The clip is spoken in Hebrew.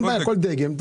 כל דגם.